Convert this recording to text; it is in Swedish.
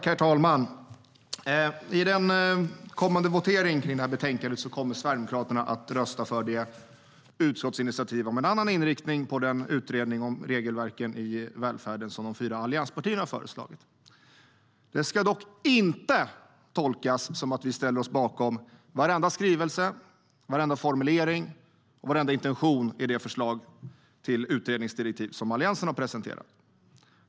Herr talman! I den kommande voteringen om detta betänkande kommer Sverigedemokraterna att rösta för det utskottsinitiativ om en annan inriktning på den utredning om regelverken i välfärden som de fyra allianspartierna har föreslagit. Det ska dock inte tolkas som att vi ställer oss bakom varenda skrivelse, varenda formulering och varenda intention i det förslag till utredningsdirektiv som Alliansen har presenterat.